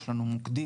יש לנו מוקדים.